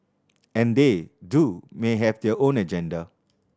and they too may have their own agenda